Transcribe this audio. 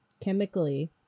chemically